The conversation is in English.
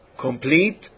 complete